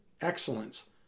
excellence